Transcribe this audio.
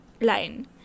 line